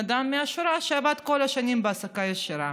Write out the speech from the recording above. אדם מהשורה שעבד כל השנים בהעסקה ישירה.